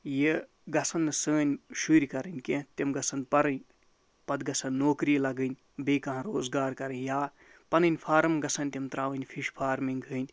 یہِ گژھَن نہٕ سٲںۍ شُرۍ کَرٕنۍ کیٚنہہ تِم گژھَن پَرٕنۍ پَتہٕ گژھَن نوکری لَگٕنۍ بیٚیہِ کانٛہہ روزگار کرٕنۍ یا پَنٕنۍ فارَم گژھَن تِم ترٛاوٕنۍ فِش فارمِنٛگ ۂنٛدۍ